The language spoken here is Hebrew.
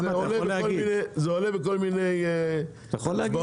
זה עולה בכול מיני הצבעות.